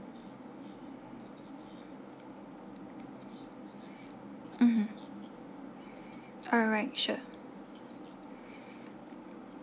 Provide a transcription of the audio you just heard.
mmhmm alright sure